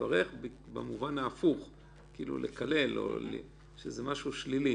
אתם עדיין קשורים לבנקים או שכבר השתחררתם מהבנקים?